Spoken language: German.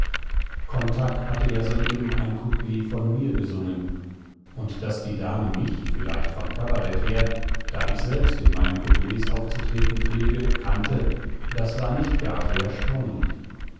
kontack hatte ja soeben ein couplet von mir gesungen und daß die dame mich vielleicht vom kabarett her da ich selbst in meinen couplets aufzutreten pflege kannte das war nicht gar so erstaunlich